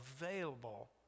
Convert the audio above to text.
available